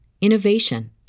innovation